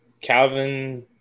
Calvin